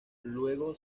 luego